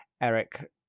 Eric